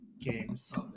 games